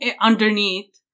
underneath